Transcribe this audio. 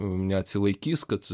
neatsilaikys kad